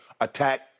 Attack